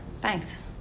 thanks